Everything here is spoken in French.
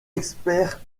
expert